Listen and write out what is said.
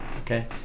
Okay